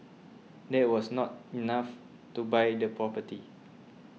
that was not enough to buy the property